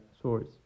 source